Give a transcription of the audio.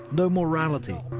no morality,